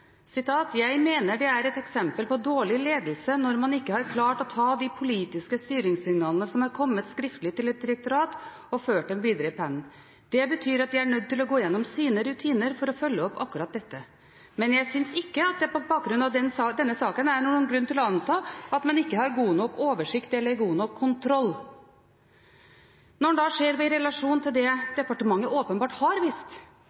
mener at det er et eksempel på dårlig ledelse når man ikke har klart å ta de politiske styringssignalene som har kommet skriftlig til et direktorat, og føre dem videre i pennen. Dette betyr at de er nødt til å gå gjennom sine rutiner for å følge opp akkurat dette. Men jeg synes ikke at det på bakgrunn av denne saken er noen grunn til å anta at man ikke har god oversikt over eller god kontroll Når en ser det i relasjon til det departementet åpenbart har